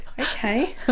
okay